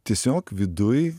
tiesiog viduj